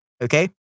Okay